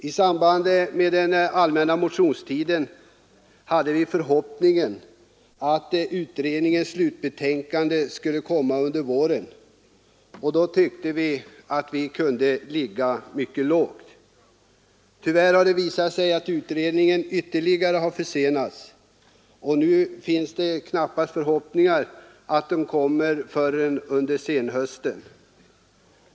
I samband med den allmänna motionstiden hade vi förhoppningen att utredningens slutbetänkande skulle komma under våren, och då tyckte vi att vi kunde ligga mycket lågt. Tyvärr har det visat sig att betänkandet ytterligare har försenats, och nu finns knappast några förhoppningar om att det kommer under senhösten.